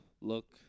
look